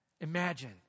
imagine